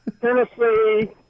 Tennessee